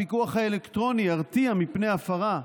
הפיקוח האלקטרוני ירתיע מפני הפרה,